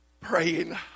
praying